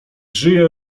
żyje